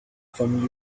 from